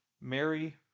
Mary